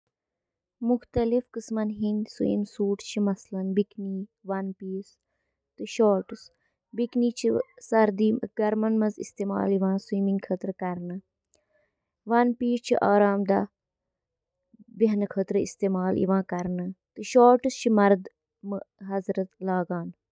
Oven چھِ اکھ بند جاے یۄس گرم ماحولس سۭتۍ انٛدۍ پٔکۍ کھٮ۪ن رننہٕ خٲطرٕ گرمی ہُنٛد استعمال چھِ کران۔ اوون چُھ کھین پکنہٕ تہٕ نمی ہٹاونہٕ خٲطرٕ مُنٲسِب درجہ حرارت، نمی تہٕ گرمی ہُنٛد بہاؤ تہِ برقرار تھاوان۔